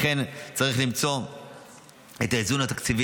לכן צריך למצוא את האיזון התקציבי,